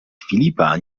filipa